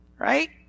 Right